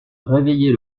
réveiller